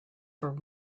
for